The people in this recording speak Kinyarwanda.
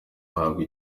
bahabwa